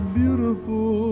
beautiful